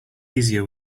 easier